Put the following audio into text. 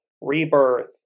rebirth